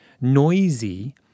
noisy